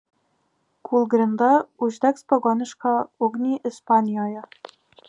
kūlgrinda uždegs pagonišką ugnį ispanijoje